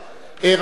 רבותי,